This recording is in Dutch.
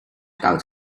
koud